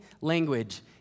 language